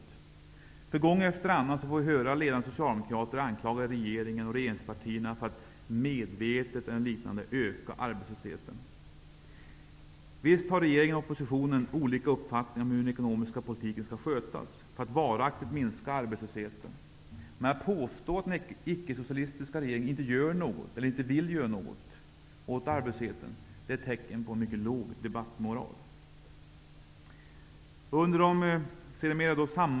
Man får gång efter annan höra ledande socialdemokrater anklaga regeringen och regeringspartierna för att medvetet öka arbetslösheten. Visst har regeringen och oppositionen olika uppfattningar om hur den ekonomiska politiken skall skötas för att varaktigt minska arbetslösheten. Men att påstå att den ickesocialistiska regeringen inte gör något eller inte vill göra något åt arbetslösheten är tecken på en mycket låg debattmoral.